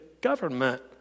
government